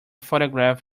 photograph